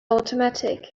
automatic